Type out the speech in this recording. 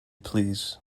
plîs